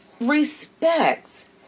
respect